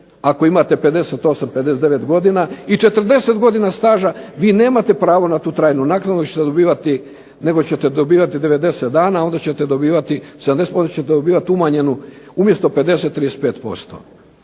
ako imate 58 i 59 godina, i 40 godina staža, vi nemate pravo na tu trajnu naknadu nego ćete dobivati 90 dana, onda ćete dobivati umanjenu umjesto 50, 35%.